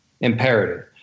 Imperative